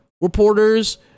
reporters